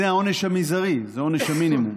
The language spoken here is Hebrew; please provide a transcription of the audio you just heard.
זה העונש המזערי, זה עונש המינימום.